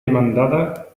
demandada